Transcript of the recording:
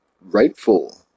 rightful